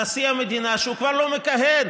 נשיא המדינה, שכבר לא מכהן,